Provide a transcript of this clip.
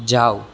જાવ